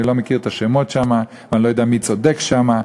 אני לא מכיר את השמות שם ואני לא יודע מי צודק שם,